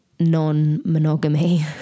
non-monogamy